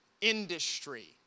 industry